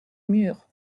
mur